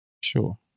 Sure